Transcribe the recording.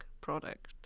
product